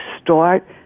Start